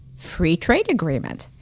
free trade agreement.